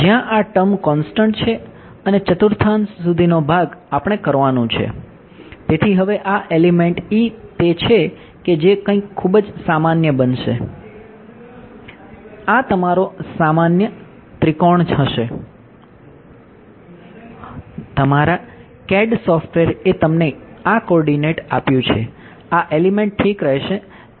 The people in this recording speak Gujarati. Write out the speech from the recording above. જ્યાં આ ટર્મ એ તમને આ કોઓર્ડિનેટ આપ્યું છે આ એલિમેંટ ઠીક રહેશે ત્યાં ઝીરો કંટ્રોલ છે